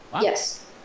yes